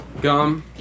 gum